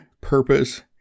Purpose